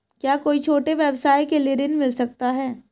क्या कोई छोटे व्यवसाय के लिए ऋण मिल सकता है?